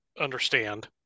understand